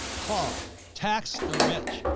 call tax? the rich,